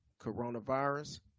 coronavirus